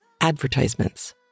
advertisements